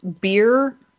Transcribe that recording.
beer